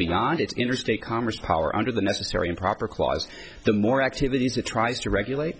beyond its interstate commerce power under the necessary and proper clause the more activities it tries to regulate